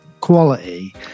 quality